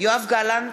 יואב גלנט,